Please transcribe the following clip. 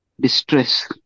distress